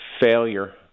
failure